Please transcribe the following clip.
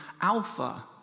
Alpha